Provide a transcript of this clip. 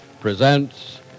presents